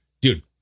dude